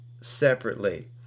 separately